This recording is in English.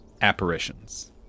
apparitions